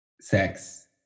sex